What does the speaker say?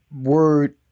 word